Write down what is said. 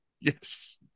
Yes